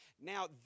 Now